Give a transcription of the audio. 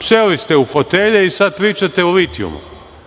seli ste u fotelje i sada pričate o litijumu.